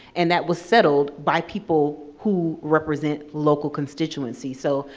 and that was settled by people who represent local constituency. so,